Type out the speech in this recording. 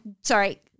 Sorry